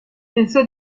pensò